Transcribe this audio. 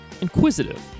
inquisitive